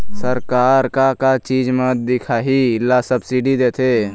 सरकार का का चीज म दिखाही ला सब्सिडी देथे?